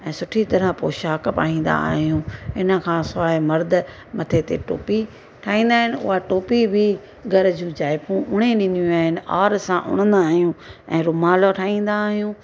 ऐं सुठी तरह पोशाक पाईंदा आहियूं इनखां सवाइ मर्द मथे ते टोपी पाईंदा आहिनि उहा टोपी बि घर जूं ज़ाइफ़ूं उणे ॾींदियूं आहिनि आर सां उणंदा आहियूं ऐं रुमाल ठाहींदा आहियूं